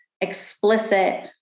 explicit